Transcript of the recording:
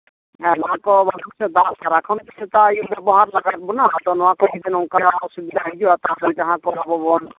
ᱞᱟᱦᱟ ᱠᱷᱚᱱ ᱫᱟᱜ ᱥᱟᱨᱟ ᱠᱷᱚᱱ ᱥᱮᱛᱟᱜ ᱟᱭᱩᱵᱷ ᱵᱮᱵᱚᱦᱟᱨᱮᱫ ᱞᱟᱜᱟᱣᱮᱫ ᱵᱚᱱᱟ ᱟᱫᱚ ᱱᱚᱣᱟ ᱠᱚ ᱱᱚᱝᱠᱟᱭᱟ ᱚᱥᱩᱵᱤᱫᱟ ᱦᱤᱡᱩᱜᱼᱟ ᱡᱟᱦᱟᱸ ᱠᱚ ᱟᱵᱚ ᱵᱚᱱ